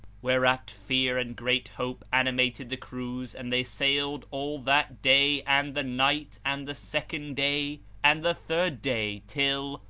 whereat fear and great hope animated the crews and they sailed all that day and the night and the second day and the third day till,